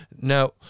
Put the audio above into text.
Now